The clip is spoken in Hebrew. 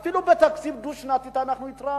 אפילו בתקציב הדו-שנתי אנחנו התרענו,